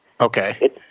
Okay